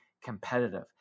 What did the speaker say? competitive